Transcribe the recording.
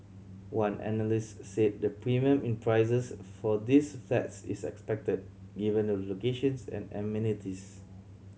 one analyst said the premium in prices for these flats is expected given the locations and amenities